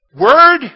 word